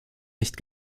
nicht